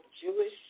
Jewish